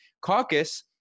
caucus